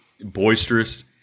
Boisterous